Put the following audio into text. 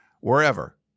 wherever